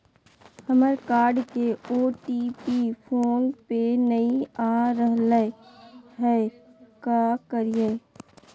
हमर कार्ड के OTP phone पे नई आ रहलई हई, का करयई?